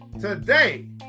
Today